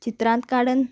चित्रांत काडून